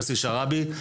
יוסי שרעבי,